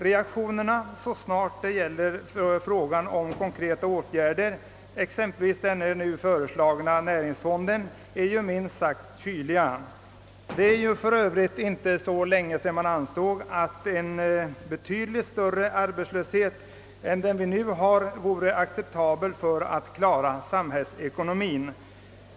Reaktionerna så snart det gäller konkreta åtgärder, exempelvis den nu föreslagna näringspolitiska fonden, är minst sagt kyliga. Det är för övrigt inte så länge sedan man ansåg att en betydligt större arbetslöshet än vi nu har vore acceptabel ur samhällsekonomisk synpunkt.